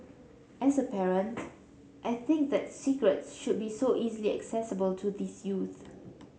as a parent I think that cigarettes should be so easily accessible to these youths